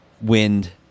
Wind